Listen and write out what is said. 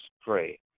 pray